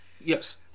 Yes